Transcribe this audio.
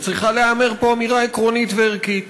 וצריכה להיאמר פה אמירה עקרונית וערכית: